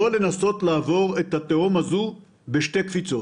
לא לנסות לעבור את התהום הזו בשתי קפיצות.